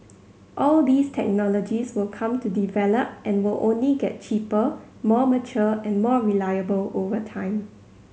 all these technologies will come to develop and will only get cheaper more mature and more reliable over time